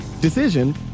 decision